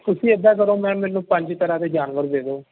ਤੁਸੀਂ ਇੱਦਾਂ ਕਰੋ ਮੈਮ ਮੈਨੂੰ ਪੰਜ ਤਰ੍ਹਾਂ ਦੇ ਜਾਨਵਰ ਦੇ ਦਿਓ